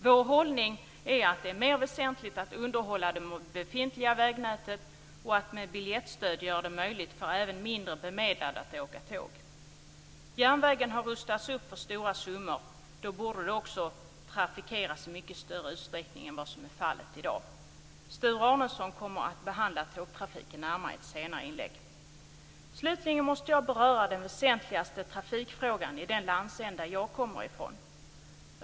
Vår hållning är att det är mer väsentligt att underhålla det befintliga vägnätet och att med biljettstöd göra det möjligt även för de mindre bemedlade att åka tåg. Järnvägen har rustats upp för stora summor. Då borde det också trafikeras i mycket större utsträckning än vad som är fallet i dag. Sture Arnesson kommer att behandla tågtrafiken närmare i ett senare inlägg. Slutligen måste jag beröra den väsentligaste trafikfrågan i den landsända jag kommer från.